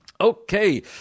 Okay